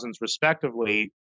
respectively